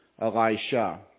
Elisha